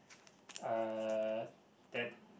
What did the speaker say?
uh that